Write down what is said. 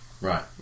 Right